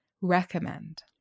recommend